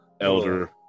Elder